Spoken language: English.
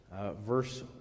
verse